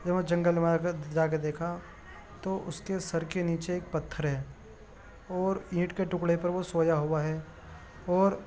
جب وہ جنگل میں آگے جا کے دیکھا تو اس کے سر کے نیچے ایک پتھر ہے اور اینٹ کے ٹکڑے پر وہ سویا ہوا ہے اور